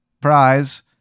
prize